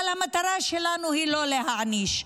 אבל המטרה שלנו היא לא להעניש,